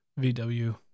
VW